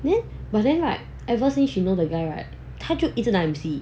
then but then right ever since she know the guy right 他就一直拿 M_C